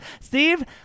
Steve